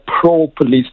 pro-police